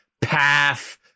path